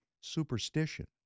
Superstition